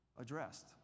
addressed